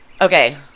okay